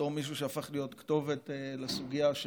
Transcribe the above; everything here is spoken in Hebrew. בתור מי שהפך להיות כתובת לסוגיה של